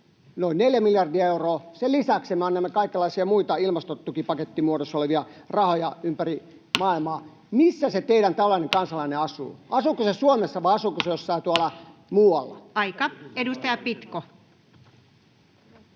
noin 4 miljardia euroa, sen lisäksi me annamme kaikenlaisia muita ilmastotukipaketin muodossa olevia rahoja ympäri maailmaa. Missä se teidän tavallinen kansalaisenne asuu? Asuuko se Suomessa, vai asuuko se jossain tuolla muualla? [Speech 125]